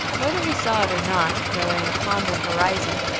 whether he saw it or not, lowering upon the horizon,